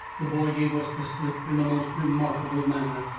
the boy gave us the slip in the most remarkable manner.